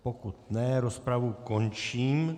Pokud ne, rozpravu končím.